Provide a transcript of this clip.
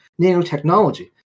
nanotechnology